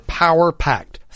power-packed